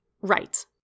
Right